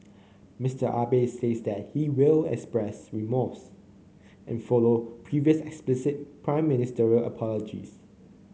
Mister Abe says that he will express remorse and follow previous explicit Prime Ministerial apologies